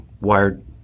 wired